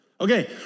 Okay